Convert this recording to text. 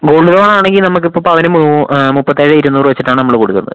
gold loan ആണെങ്കിൽ നമുക്ക് ഇപ്പം പവന് മുപ്പത്തിയേഴ് ഇരുന്നൂറ് വെച്ചിട്ട് ആണ് നമ്മൾ ഇപ്പം കൊടുക്കുന്നത്